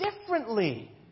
differently